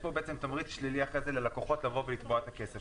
ויש פה בעצם תמריץ שלילי אחר כך מלקוחות לתבוע את הכסף.